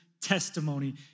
testimony